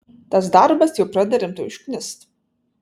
tas darbas jau pradeda rimtai užknist